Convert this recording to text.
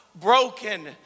broken